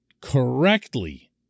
correctly